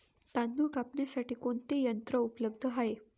तांदूळ कापण्यासाठी कोणते यंत्र उपलब्ध आहे?